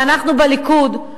ואנחנו בליכוד,